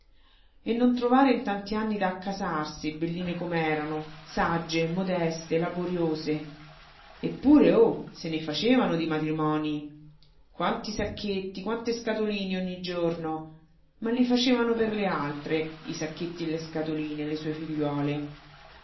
e non trovare in tanti anni da accasarsi belline com'erano sagge modeste laboriose eppure oh se ne facevano di matrimonii quanti sacchetti quante scatoline ogni giorno ma li facevano per le altre i sacchetti e le scatoline le sue figliuole